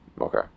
Okay